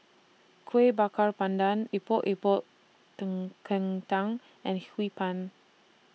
Kuih Bakar Pandan Epok Epok ten Kentang and Hee Pan